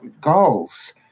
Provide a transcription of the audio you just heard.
goals